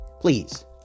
please